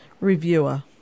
reviewer